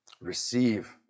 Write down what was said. receive